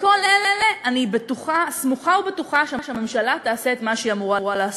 בכל אלה אני סמוכה ובטוחה שהממשלה תעשה את מה שהיא אמורה לעשות.